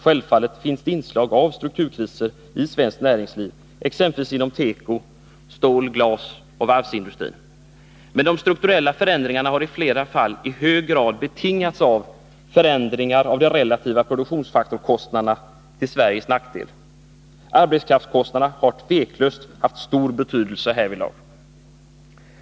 Självfallet finns det inslag av strukturkriser i svenskt näringsliv, exempelvis inom teko-, stål-, glasoch varvsindustrin. Men de strukturella förändringarna har i flera fall i hög grad betingats av förändringar av de relativa produktionsfaktorkostnaderna till Sveriges nackdel. Arbetskraftskostnaderna har tveklöst haft stor betydelse härvidlag.